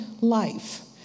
life